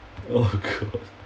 oh god